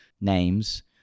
names